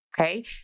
okay